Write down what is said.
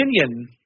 opinion